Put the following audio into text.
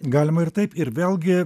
galima ir taip ir vėlgi